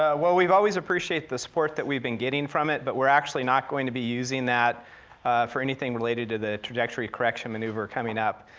well, we always appreciate the support that we've been getting from it, but we're actually not going to be using that for anything related to the trajectory correction maneuver coming up.